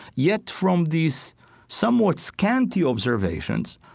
yet, from these somewhat scanty observations,